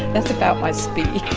that's about my speed